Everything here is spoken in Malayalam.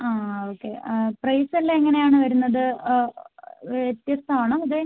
ആ ആ ഓക്കേ പ്രൈസ് എല്ലം എങ്ങനെ ആണ് വരുന്നത് വ്യത്യസ്തം ആണോ അതെ